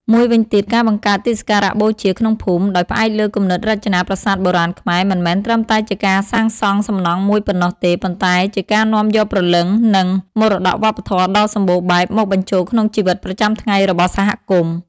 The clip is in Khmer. មួយវិញទៀត ការបង្កើតទីសក្ការៈបូជាក្នុងភូមិ ដោយផ្អែកលើគំនិតរចនាប្រាសាទបុរាណខ្មែរមិនមែនត្រឹមតែជាការសាងសង់សំណង់មួយប៉ុណ្ណោះទេប៉ុន្តែជាការនាំយកព្រលឹងនិងមរតកវប្បធម៌ដ៏សម្បូរបែបមកបញ្ចូលក្នុងជីវិតប្រចាំថ្ងៃរបស់សហគមន៍។